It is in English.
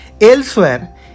elsewhere